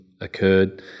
occurred